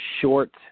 short